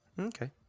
Okay